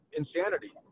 insanity